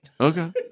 Okay